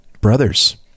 brothers